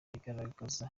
igaragaza